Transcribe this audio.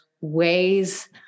ways